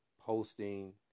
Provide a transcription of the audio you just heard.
posting